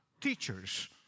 teachers